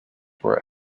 were